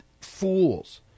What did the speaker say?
fools